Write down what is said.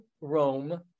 Rome